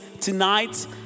tonight